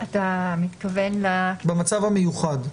במצב המיוחד.